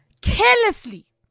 carelessly